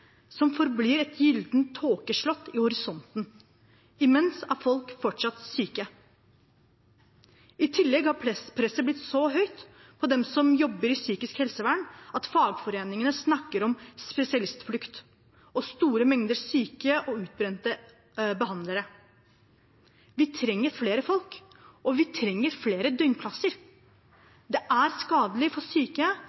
som forblir et gyllent tåkeslott i horisonten. Imens er folk fortsatt syke. I tillegg har presset blitt så høyt på dem som jobber i psykisk helsevern, at fagforeningene snakker om spesialistflukt og store mengder syke og utbrente behandlere. Vi trenger flere folk, og vi trenger flere